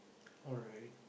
alright